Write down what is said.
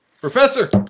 Professor